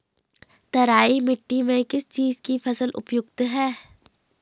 तराई मिट्टी में किस चीज़ की फसल उपयुक्त है?